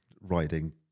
riding